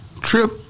trip